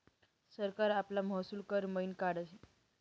सरकार आपला महसूल कर मयीन काढस